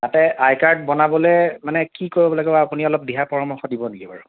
তাতে I card বনাবলৈ কি কৰিব লাগিব আপুনি অলপ দিহা পৰামৰ্শ দিব নেকি বাৰু